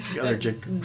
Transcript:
Allergic